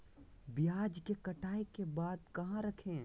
प्याज के कटाई के बाद कहा रखें?